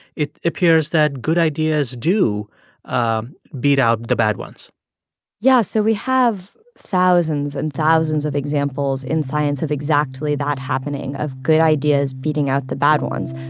it appears that good ideas do um beat out the bad ones yeah, so we have thousands and thousands of examples in science of exactly that happening, of good ideas beating out the bad ones.